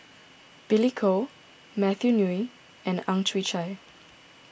Billy Koh Matthew Ngui and Ang Chwee Chai